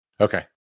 Okay